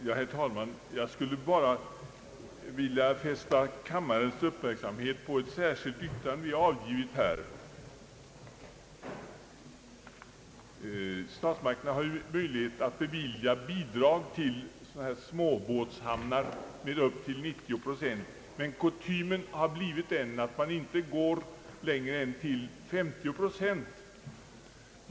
Herr talman! Jag skulle bara vilja fästa kammarens uppmärksamhet på ett särskilt yttrande som jag varit med om att avgiva här. Statsmakterna har ju möjlighet att bevilja bidrag till småbåtshamnar med upp till 90 procent av kostnaderna, men kutymen har blivit den att man inte går längre än till 50 procent.